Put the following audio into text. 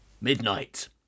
Midnight